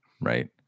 right